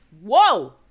whoa